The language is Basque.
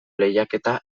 lehiaketa